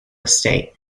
estate